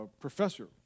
professor